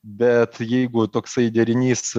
bet jeigu toksai derinys